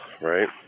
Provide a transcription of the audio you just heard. right